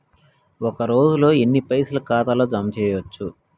ఒక రోజుల ఎన్ని పైసల్ ఖాతా ల జమ చేయచ్చు?